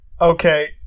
Okay